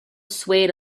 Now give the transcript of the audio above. swayed